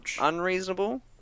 unreasonable